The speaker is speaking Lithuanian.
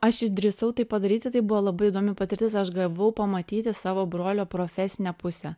aš išdrįsau tai padaryti tai buvo labai įdomi patirtis aš gavau pamatyti savo brolio profesinę pusę